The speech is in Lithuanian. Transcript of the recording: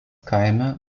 kaime